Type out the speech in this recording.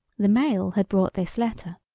the mail had brought this letter